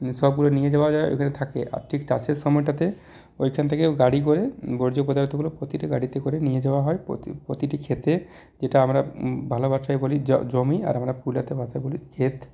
এই সবগুলো নিয়ে যাওয়া যায় ওখানে থাকে আর ঠিক তার সেই সময়টাতে ওখান থেকে গাড়ি করে বর্জ্য পদার্থগুলো প্রতিটি গাড়ি করে নিয়ে যাওয়া হয় প্রতিটি ক্ষেতে যেটা আমরা ভালো ভাষায় বলি জমি আর আমরা পুরাতন ভাষায় বলি ক্ষেত